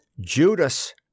Judas